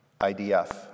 IDF